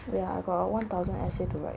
wait ah I got a one thousand essay to write